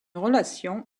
relation